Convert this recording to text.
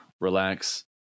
relax